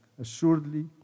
Assuredly